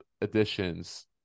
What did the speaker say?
additions